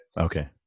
Okay